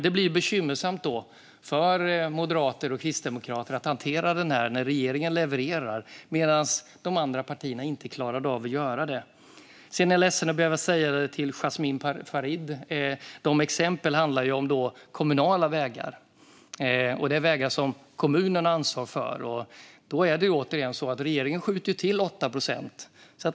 Det blir bekymmersamt för moderater och kristdemokrater att hantera att regeringen levererar när de andra partierna inte klarade av att göra det. Sedan är jag ledsen att behöva säga det till Jasmin Farid, men de exemplen handlar om kommunala vägar. Det är vägar som kommunen har ansvar för. Där är det så, återigen, att regeringen skjuter till 8 procent.